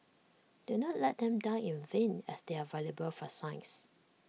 do not let them die in vain as they are valuable for science